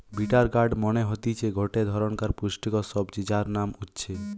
bitter gourd মানে হতিছে গটে ধরণকার পুষ্টিকর সবজি যার নাম উচ্ছে